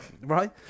right